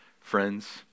Friends